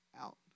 out